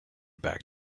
back